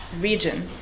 region